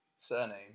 surname